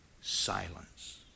silence